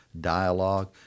dialogue